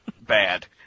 bad